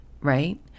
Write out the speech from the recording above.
right